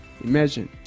Imagine